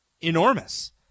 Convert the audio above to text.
enormous